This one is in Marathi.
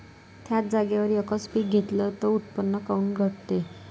थ्याच जागेवर यकच पीक घेतलं त उत्पन्न काऊन घटते?